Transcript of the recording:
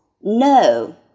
no